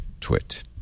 twit